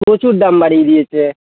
প্রচুর দাম বাড়িয়ে দিয়েছে